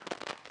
(3)